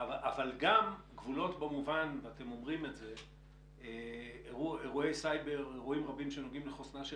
אמרתם גם שאירועים פליליים שנוגעים בחוסנה של